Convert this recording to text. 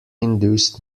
induced